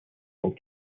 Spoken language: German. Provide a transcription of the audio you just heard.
und